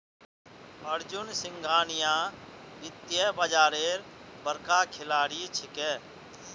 अर्जुन सिंघानिया वित्तीय बाजारेर बड़का खिलाड़ी छिके